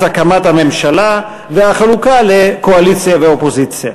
הקמת הממשלה והחלוקה לקואליציה ולאופוזיציה.